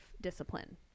discipline